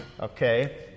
Okay